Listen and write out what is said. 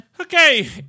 Okay